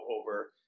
over